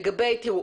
תראו,